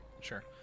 sure